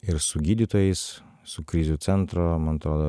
ir su gydytojais su krizių centro man atrodo